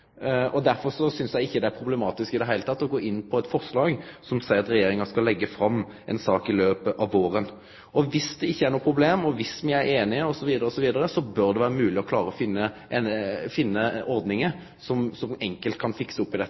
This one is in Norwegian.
Derfor synest eg ikkje det er problematisk i det heile å gå inn på eit forslag som seier at Regjeringa skal leggje fram ei sak i løpet av våren. Dersom det ikkje er noko problem, og dersom me er einige osv., bør det vere mogleg å finne ordningar som enkelt kan fikse opp i